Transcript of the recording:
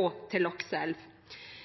og til Lakselv.